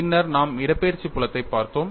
பின்னர் நாம் இடப்பெயர்ச்சி புலத்தைப் பார்த்தோம்